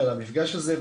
ועל המפגש הזה,